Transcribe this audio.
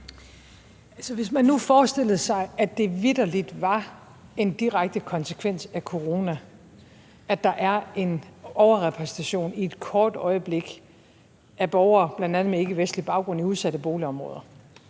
hvis man nu forestillede sig, at det vitterlig var en direkte konsekvens af coronaen, at der i en kort periode var en overrepræsentation af borgere bl.a. med ikkevestlig baggrund i udsatte boligområder,